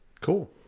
Cool